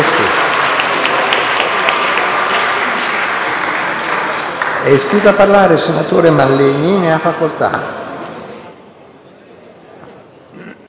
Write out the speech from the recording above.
È iscritto a parlare il senatore Lannutti. Ne ha facoltà.